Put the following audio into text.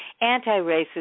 anti-racist